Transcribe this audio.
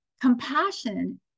Compassion